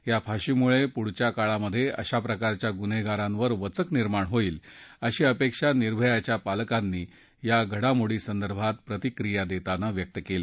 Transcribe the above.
या फाशीमुळे यापुढच्या काळात अशा प्रकारच्या गुन्हेगारांवर वचक निर्माण होईल अशी अपेक्षा निर्भयाच्या पालकांनी या घडामोडीसंदर्भात प्रतिक्रिया देताना व्यक्त केली